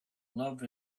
love